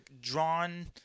drawn